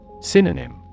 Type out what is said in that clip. Synonym